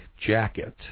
Jacket